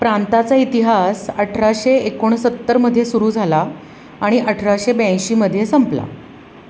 प्रांताचा इतिहास अठराशे एकोणसत्तरमध्ये सुरू झाला आणि अठराशे ब्याऐंशीमध्ये संपला